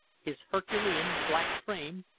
his herculean black frame,